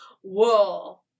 whoa